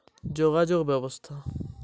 ভোক্তা পণ্যের বিতরণের মাধ্যম কী হওয়া উচিৎ?